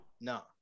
No